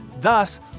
Thus